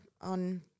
on